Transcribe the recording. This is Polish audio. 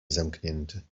zamknięty